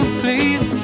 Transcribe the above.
please